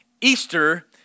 Easter